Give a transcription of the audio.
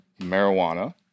marijuana